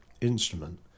instrument